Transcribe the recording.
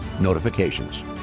notifications